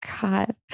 God